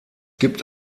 gibt